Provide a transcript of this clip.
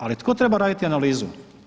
Ali tko treba raditi analizu?